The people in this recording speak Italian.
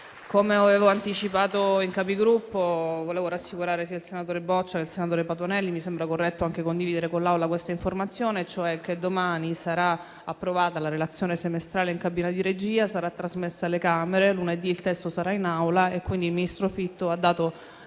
Come avevo anticipato in Capigruppo, vorrei rassicurare sia il senatore Boccia sia il senatore Patuanelli e mi sembra corretto condividere con l'Assemblea la seguente informazione: domani sarà approvata la relazione semestrale in cabina di regia e sarà trasmessa alle Camere. Lunedì il testo sarà in Aula, quindi il ministro Fitto ha dato